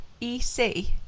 E-C